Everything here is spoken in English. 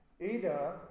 Ada